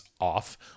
off